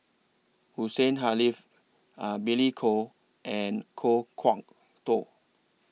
Hussein Haniff Billy Koh and Kan Kwok Toh